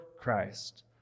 Christ